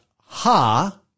Ha